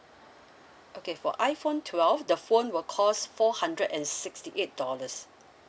okay for iphone twelve the phone will cost four hundred and sixty eight dollars